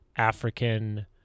African